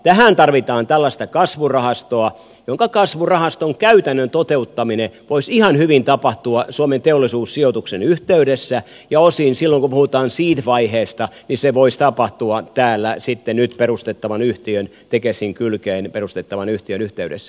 tähän tarvitaan tällaista kasvurahastoa jonka käytännön toteuttaminen voisi ihan hyvin tapahtua suomen teollisuussijoituksen yhteydessä ja osin silloin kun puhutaan seed vaiheesta voisi tapahtua täällä sitten nyt perustettavan yhtiön tekesin kylkeen perustettavan yhtiön yhteydessä